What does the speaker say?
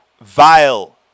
vile